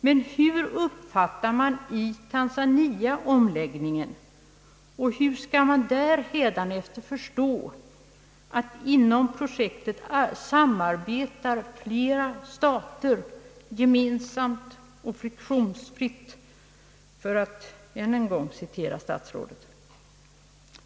Men hur uppfattar man i Tanzania omläggningen och hur skall man där hädanefter förstå att inom projektet samarbetar flera stater gemensamt och friktionsfritt, för att än en gång citera statsrådet.